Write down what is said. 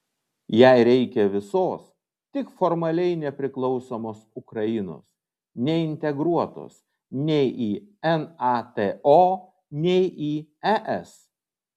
jai reikia visos tik formaliai nepriklausomos ukrainos neintegruotos nei į nato nei į es